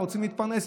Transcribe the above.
רוצים להתפרנס,